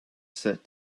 set